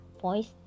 voice